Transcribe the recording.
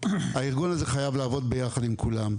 הארגון הזה חייב לעבוד ביחד עם כולם.